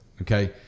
okay